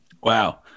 Wow